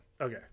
Okay